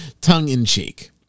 tongue-in-cheek